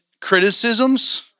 criticisms